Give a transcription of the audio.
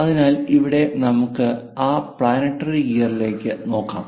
അതിനാൽ ഇവിടെ നമുക്ക് ആ പ്ലാനറ്ററി ഗിയറിലേക്ക് നോക്കാം